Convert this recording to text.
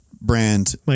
brand